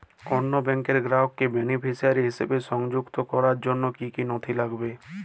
অন্য ব্যাংকের গ্রাহককে বেনিফিসিয়ারি হিসেবে সংযুক্ত করার জন্য কী কী নথি লাগবে?